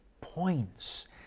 points